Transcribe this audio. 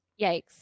Yikes